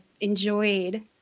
enjoyed